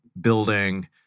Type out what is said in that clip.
building